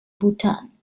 bhutan